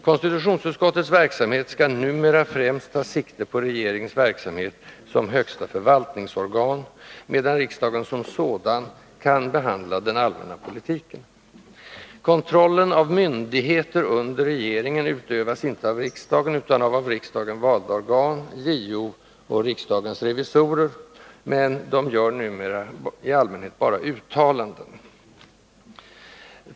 Konstitutionsutskottets verksamhet skall numera främst ta sikte på regeringens verksamhet som högsta förvaltningsorgan, medan riksdagen som sådan kan behandla den allmänna politiken. Kontrollen av myndigheter under regeringen utövas inte av riksdagen utan av de av riksdagen valda organen JO och riksdagens revisorer. Men de gör numera i allmänhet bara uttalanden.